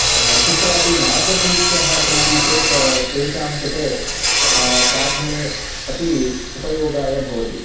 कुत्रापि मार्गसूच्यः सन्ति चेत् तेषां कृते पाठने अपि उपयोगाय भवति